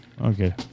Okay